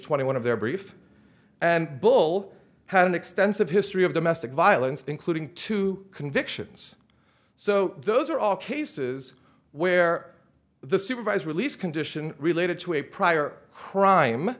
twenty one of their brief and bull had an extensive history of domestic violence including two convictions so those are all cases where the supervised release condition related to a prior crime